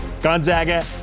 Gonzaga